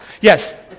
Yes